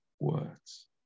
words